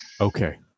Okay